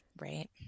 Right